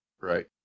Right